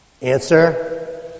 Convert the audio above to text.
Answer